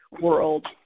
world